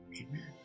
Amen